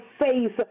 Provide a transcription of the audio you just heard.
face